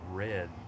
red